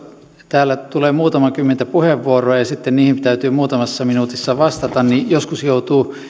täällä tulee muutama kymmentä puheenvuoroa ja sitten niihin täytyy muutamassa minuutissa vastata niin joskus joutuu